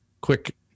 quick